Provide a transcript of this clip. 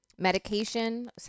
Medication